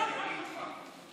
ההצעה להעביר את הנושא לוועדה